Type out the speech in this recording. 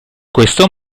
questo